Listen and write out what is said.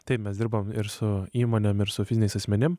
taip mes dirbam ir su įmonėm ir su fiziniais asmenim